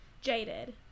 jaded